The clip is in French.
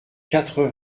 quatre